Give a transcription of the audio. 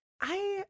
I-